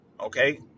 Okay